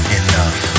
enough